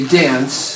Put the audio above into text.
dance